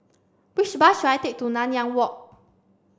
which bus should I take to Nanyang Walk